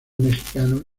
mexicano